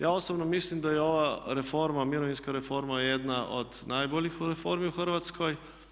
Ja osobno mislim da je ova reforma, mirovinska reforma, je jedna od najboljih reformi u Hrvatskoj.